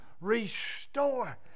restore